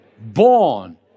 Born